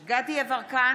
דסטה גדי יברקן,